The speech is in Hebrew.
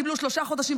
קיבלו שלושה חודשים,